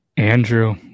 Andrew